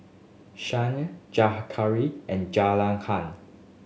Syah Zakaria and Zulaikha